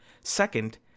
Second